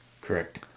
Correct